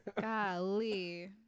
Golly